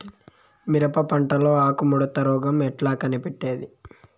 మిరప పంటలో ఆకు ముడత రోగం ఎట్లా కనిపెట్టేది?